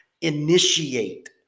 initiate